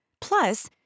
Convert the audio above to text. Plus